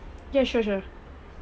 ya sure sure